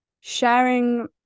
sharing